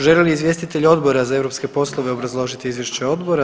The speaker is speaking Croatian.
Želi li izvjestitelj Odbora za europske poslove obrazložiti izvješće odbora?